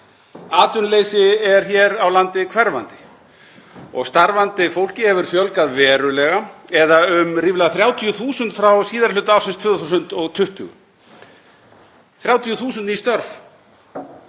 Atvinnuleysi er hér á landi hverfandi og starfandi fólki hefur fjölgað verulega eða um ríflega 30.000 frá síðari hluta ársins 2020 — 30.000 ný störf.